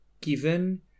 given